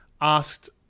asked